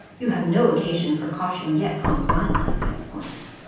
you have no occasion for caution yet on one of these points.